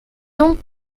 donc